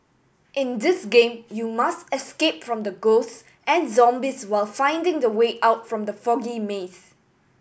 in this game you must escape from the ghosts and zombies while finding the way out from the foggy maze